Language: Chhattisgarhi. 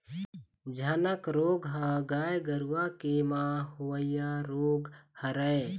झनक रोग ह गाय गरुवा के म होवइया रोग हरय